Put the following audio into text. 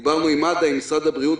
דיברנו עם עדה ממשרד הבריאות,